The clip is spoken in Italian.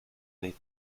nei